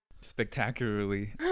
spectacularly